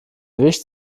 wicht